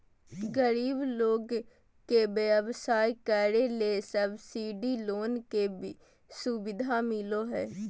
गरीब लोग के व्यवसाय करे ले सब्सिडी लोन के सुविधा मिलो हय